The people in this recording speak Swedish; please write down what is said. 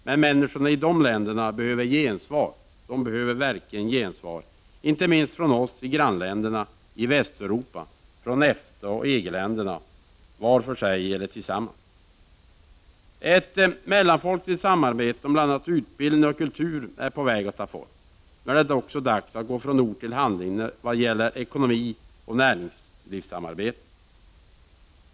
Men människorna i dessa länder behöver gensvar, inte minst från oss i grannländerna i Västeuropa, från EFTA och EG-länderna, var för sig eller tillsammans. Ett mellanfolkligt samarbete om bl.a. utbildning och kultur är på väg att ta form. Nu är det dags att gå från ord till handling vad gäller ekonomioch näringslivssamarbete.